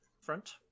Front